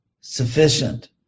sufficient